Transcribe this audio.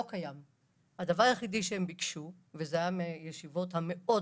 הדבר היחיד שביקשו בישיבות החרדיות מאוד